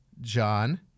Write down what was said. john